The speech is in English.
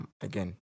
again